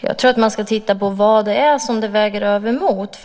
Herr talman! Jag tror att man ska titta på vad det väger över mot.